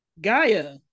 Gaia